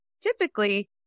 typically